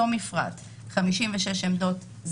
זה